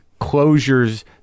closures